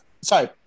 Sorry